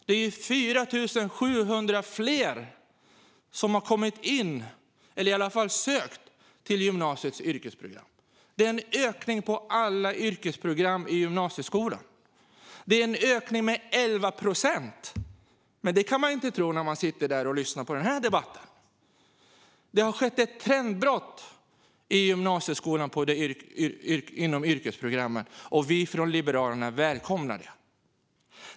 Det är 4 700 fler som har sökt till gymnasiets yrkesprogram. Det är en ökning med 11 procent. Och vi har en ökning på alla yrkesprogram i gymnasieskolan. Men att det är så kan man inte tro när man lyssnar på debatten. Det har skett ett trendbrott inom yrkesprogrammen på gymnasieskolan, och Liberalerna välkomnar det.